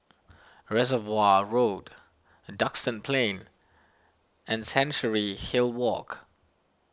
Reservoir Road Duxton Plain and Chancery Hill Walk